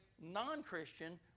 non-Christian